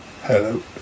hello